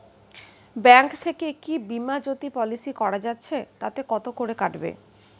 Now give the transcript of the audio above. Bank থেকে কী Bima Jyoti policy করা যাচ্ছে তাতে কত করে কাটবে?